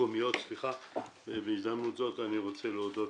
מקומיות ובהזדמנות זו אני רוצה להודות